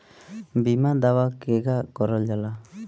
बीमा दावा केगा करल जाला?